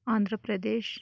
Andhra Pradesh